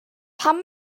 pam